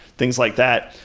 things like that.